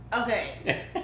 Okay